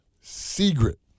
secret